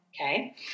Okay